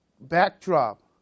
backdrop